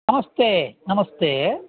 नमस्ते नमस्ते